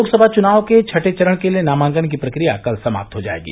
लोकसभा चुनाव के छठें चरण के लिये नामांकन की प्रक्रिया कल समाप्त हो जायेगी